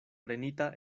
prenita